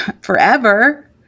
forever